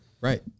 Right